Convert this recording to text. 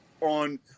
on